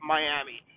Miami